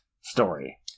story